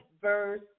verse